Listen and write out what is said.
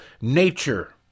nature